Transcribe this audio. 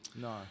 No